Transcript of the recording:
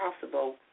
possible